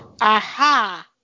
Aha